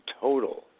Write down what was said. total